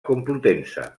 complutense